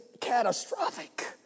catastrophic